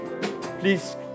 Please